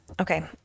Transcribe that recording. Okay